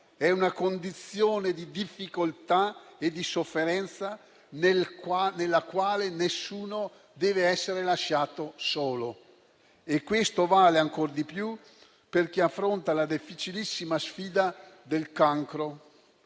è una condizione di difficoltà e di sofferenza, nella quale nessuno deve essere lasciato solo. Questo vale ancor di più per chi affronta la difficilissima sfida del cancro.